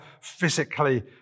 physically